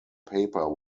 paper